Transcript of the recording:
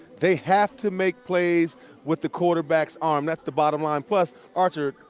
they have to make plays with the quarterback's arm. that's the bottom line. plus, archer,